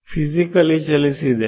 physically ಚಲಿಸಿದೆ